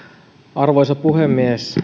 arvoisa puhemies